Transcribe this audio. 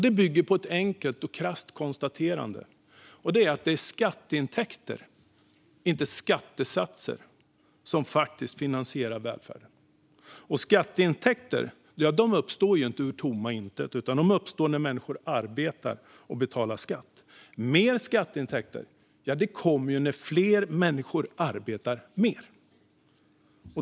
Det bygger på ett enkelt och krasst konstaterande: att det är skatteintäkter, inte skattesatser, som finansierar välfärden. Skatteintäkter uppstår inte ur tomma intet, utan de uppstår när människor arbetar och betalar skatt. Mer skatteintäkter kommer när fler människor arbetar mer.